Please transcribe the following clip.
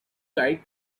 kite